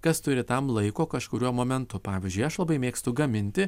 kas turi tam laiko kažkuriuo momentu pavyzdžiui aš labai mėgstu gaminti